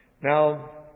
Now